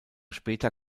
später